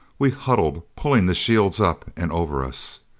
we huddled, pulling the shields up and over us.